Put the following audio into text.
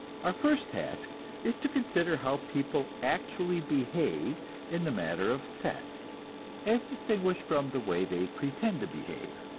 our first task is to consider how people actually behave in the matter of sex as distinguished from the way they pretend to behave.